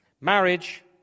Marriage